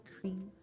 cream